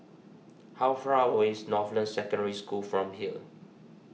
how far away is Northland Secondary School from here